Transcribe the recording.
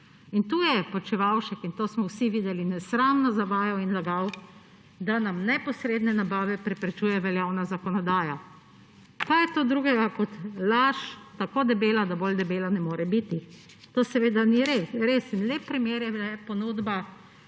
In tu je Počivalšek, to smo vsi videli, nesramno zavajal in lagal, da nam neposredne nabave preprečuje veljavna zakonodaja. Kaj je to drugega kot laž, tako debela, da bolj debela ne more biti? To seveda ni res in lep primer je ponudba